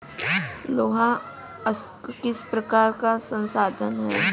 लौह अयस्क किस प्रकार का संसाधन है?